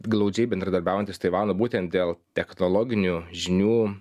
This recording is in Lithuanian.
glaudžiai bendradarbiaujanti su taivanu būten dėl technologinių žinių